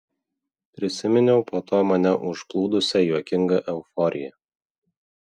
prisiminiau po to mane užplūdusią juokingą euforiją